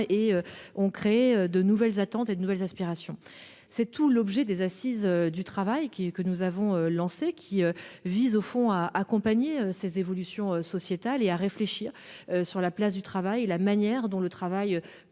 Cela crée de nouvelles attentes et de nouvelles aspirations. Les assises du travail que nous avons lancées visent à accompagner ces évolutions sociétales et à réfléchir sur la place du travail et sur la manière dont il peut